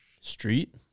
Street